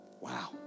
Wow